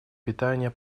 питания